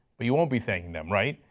but you won't be thanking him, right?